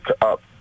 up